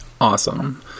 Awesome